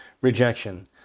rejection